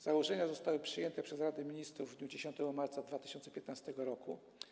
Założenia zostały przyjęte przez Radę Ministrów w dniu 10 marca 2015 r.